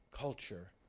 culture